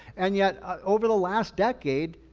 and yet over the last decade,